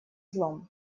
злом